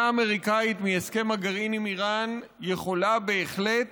האמריקנית מהסכם הגרעין עם איראן יכולה בהחלט